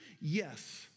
Yes